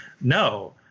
No